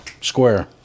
Square